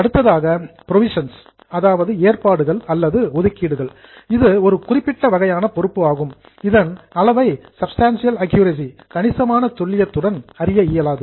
அடுத்ததாக புரோவிஷன்ஸ் ஏற்பாடுகள் அல்லது ஒதுக்கீடுகள் இது ஒரு குறிப்பிட்ட வகையான பொறுப்பு ஆகும் இதன் அளவை சப்ஸ்டன்டியல் அக்யூரசி கணிசமான துல்லியத்துடன் அறிய இயலாது